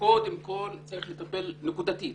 קודם כל צריך לטפל נקודתית